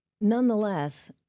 Nonetheless